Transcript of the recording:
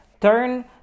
turn